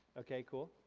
okay, cool?